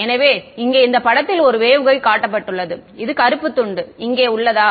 எனவே இங்கே இந்த படத்தில் ஒரு வேவ்கைடு காட்டப்பட்டுள்ளது இந்த கருப்பு துண்டு இங்கே உள்ளதா